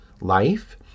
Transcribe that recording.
life